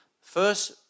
First